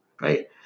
right